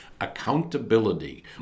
accountability